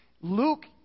Luke